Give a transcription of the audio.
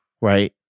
right